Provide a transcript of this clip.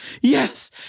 yes